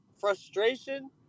frustration